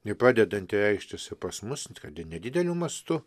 i pradedanti reikštis ir pas mus kad ir nedideliu mastu